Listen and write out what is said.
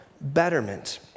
betterment